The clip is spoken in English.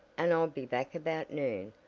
and i'll be back about noon,